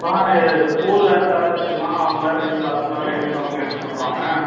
ஆ இது ஸ்கூல் வேறு திறந்தாச்சிம்மா அவங்க வேறு ஐயோ பசங்க வேறு யூனிஃபார்ம் கேட்டுட்டு இருப்பாங்க